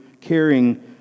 caring